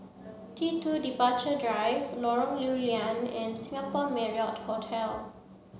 T Two Departure Drive Lorong Lew Lian and Singapore Marriott Hotel